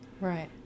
Right